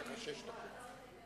אתן לך שש דקות.